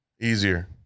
Easier